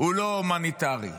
לא הומניטרי?